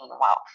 wealth